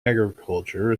agriculture